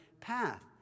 path